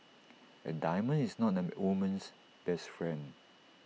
A diamond is not A woman's best friend